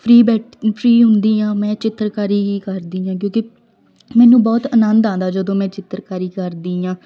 free ਬੈਠ free ਹੁੰਦੀ ਹਾਂ ਮੈਂ ਚਿੱਤਰਕਾਰੀ ਹੀ ਕਰਦੀ ਹਾਂ ਕਿਉਂਕਿ ਮੈਨੂੰ ਬਹੁਤ ਆਨੰਦ ਆਉਂਦਾ ਜਦੋਂ ਮੈਂ ਚਿੱਤਰਕਾਰੀ ਕਰਦੀ ਹਾਂ